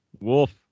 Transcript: Wolf